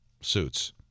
suits